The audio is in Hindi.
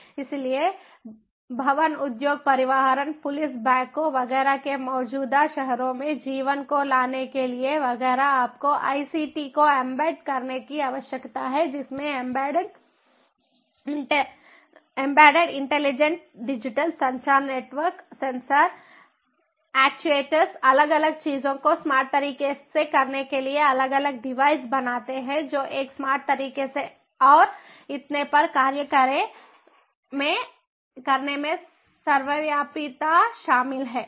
इसलिए भवन उद्योग परिवहन पुलिस बैंकों वगैरह के मौजूदा शहरों में जीवन को लाने के लिए वगैरह आपको आईसीटी को एम्बेड करने की आवश्यकता है जिसमें एम्बेडेड इंटेलिजेंट डिजिटल संचार नेटवर्क सेंसर एक्ट्यूएटर्स अलग अलग चीजों को स्मार्ट तरीके से करने के लिए अलग अलग डिवाइस बनाते हैं जो एक स्मार्ट तरीके से और इतने पर कार्य करें में सर्वव्यापीता शामिल है